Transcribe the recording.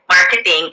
marketing